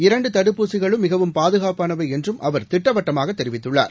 இரண்டுதடுப்பூசிகளும் மிகவும் பாதுகாப்பானவைஎன்றும் அவர் திட்டவட்டமாகதெரிவித்துள்ளார்